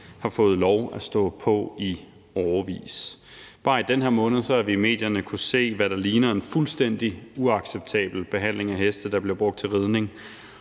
har fået lov at stå på i årevis. Bare i den her måned har vi i medierne kunnet se, hvad der ligner en fuldstændig uacceptabel behandling af heste, der bliver brugt til ridning,